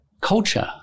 culture